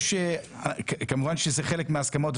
כמובן שזה חלק מההסכמות,